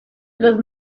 los